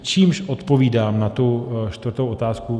Čímž odpovídám na tu čtvrtou otázku.